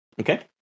Okay